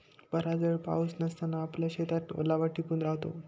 बराच वेळ पाऊस नसताना आपल्या शेतात ओलावा टिकून राहतो